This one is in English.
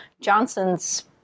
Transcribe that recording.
Johnson's